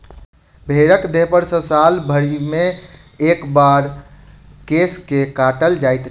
भेंड़क देहपर सॅ साल भरिमे एक बेर केश के काटल जाइत छै